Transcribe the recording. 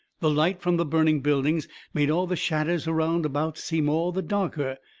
the light from the burning buildings made all the shadders around about seem all the darker.